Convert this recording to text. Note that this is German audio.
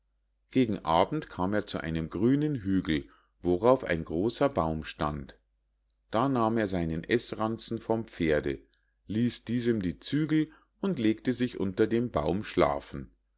gegen abend kam er zu einem grünen hügel worauf ein großer baum stand da nahm er seinen eßranzen vom pferde ließ diesem die zügel und legte sich unter dem baum schlafen